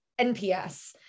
NPS